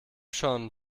schon